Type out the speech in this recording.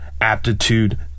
aptitude